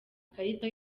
ikarita